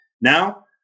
Now